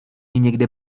někde